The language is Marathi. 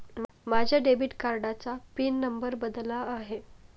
माझ्या डेबिट कार्डाचा पिन नंबर बदलला आहे